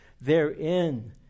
Therein